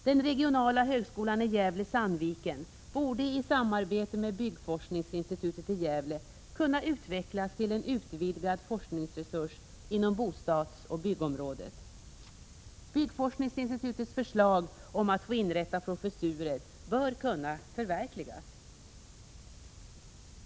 Den regionala högskolan i Gävle-Sandviken borde i samarbete med byggforskningsinstitutet i Gävle kunna utvecklas till en utvidgad forskningsresurs inom bostadsoch byggområdet. Byggforskningsinstitutets förslag om att få inrätta professurer bör kunna förverkligas.